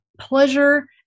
pleasure